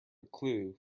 clue